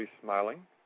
Smiling